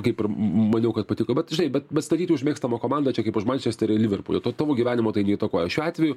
kaip ir maniau kad patiko bet žinai bet bet statyti už mėgstamą komandą čia kaip už mančesterį liverpulį to tavo gyvenimo tai neįtakoja šiuo atveju